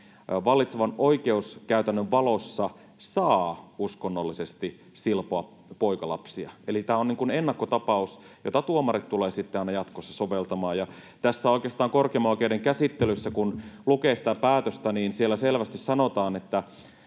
vallitsevan oikeuskäytännön valossa saa uskonnollisesti silpoa poikalapsia, eli tämä on niin kuin ennakkotapaus, jota tuomarit tulevat sitten aina jatkossa soveltamaan. Oikeastaan tässä korkeimman oikeuden käsittelyssä, kun lukee sitä päätöstä, selvästi sanotaan,